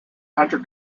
hunter